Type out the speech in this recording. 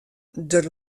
der